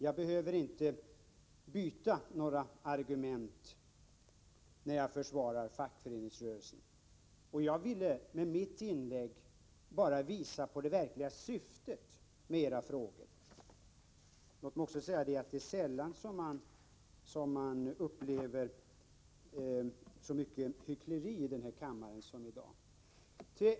Jag behöver inte byta några argument när jag försvarar fackföreningsrörelsen. Jag ville med mitt inlägg bara visa på det verkliga syftet med era frågor. Låt mig också säga att det är sällan man upplever så mycket hyckleri i den här kammaren som i dag.